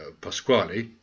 Pasquale